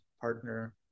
partner